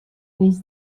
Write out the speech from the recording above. peix